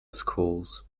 schools